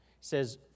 says